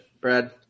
Brad